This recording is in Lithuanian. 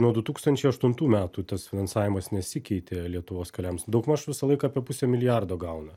nuo du tūkstančiai aštuntų metų tas finansavimas nesikeitė lietuvos keliams daugmaž visą laiką apie pusę milijardo gauna